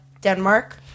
Denmark